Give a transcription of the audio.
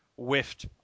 whiffed